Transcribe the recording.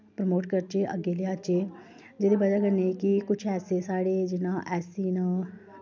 promote करचै अग्गें लेऔचै जेह्दी बजह् कन्नै कि किश ऐसे साढ़े जि'यां ऐस्स सी न